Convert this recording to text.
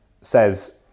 says